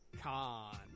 Con